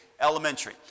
Elementary